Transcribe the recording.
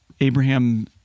Abraham